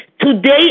Today